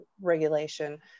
regulation